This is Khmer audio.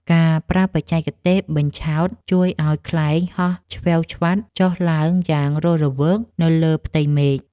ការប្រើបច្ចេកទេស បញ្ឆោត ជួយឱ្យខ្លែងហោះឆ្វែវឆ្វាត់ចុះឡើងយ៉ាងរស់រវើកនៅលើផ្ទៃមេឃ។